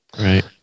Right